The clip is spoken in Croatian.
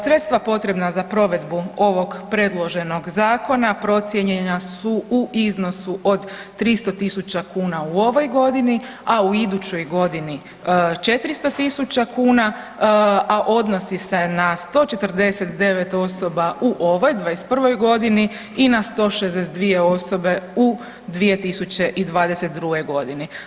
Sredstva potrebna za provedbu ovog predloženog Zakona procijenjena su u iznosu od 330 tisuća kuna u ovoj godini, a u idućoj godini 400 tisuća kuna, a odnosi se na 149 osoba u ovoj 21. godini i na 162 osobe u 2022. godini.